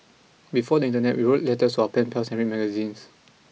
before the Internet we wrote letters to our pen pals and read magazines